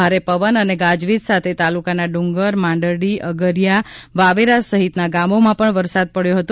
ભારે પવન અને ગાજવીજ સાથે તાલુકાના ડુંગર માંડરડી આગરીયા વાવેરા સહિતના ગામોમાં પણ વરસાદ પડ્યો હતો